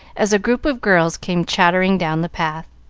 as a group of girls came chattering down the path.